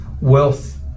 wealth